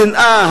השנאה,